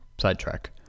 sidetrack